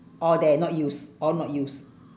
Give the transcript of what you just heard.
all there not use all not use